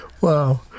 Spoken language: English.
Wow